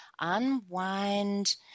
unwind